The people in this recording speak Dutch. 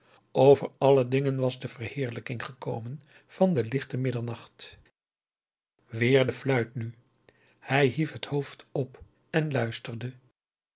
over alle dingen was de verheerlijking gekomen van den lichten middernacht weer de fluit nu hij hief het hoofd op en luisterde